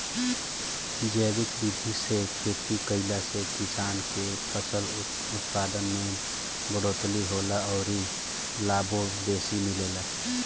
जैविक विधि से खेती कईला से किसान के फसल उत्पादन में बढ़ोतरी होला अउरी लाभो बेसी मिलेला